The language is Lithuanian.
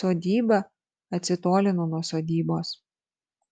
sodyba atsitolino nuo sodybos